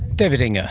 david inge.